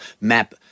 map